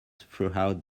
throughout